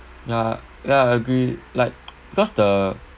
ya ya I agree like because the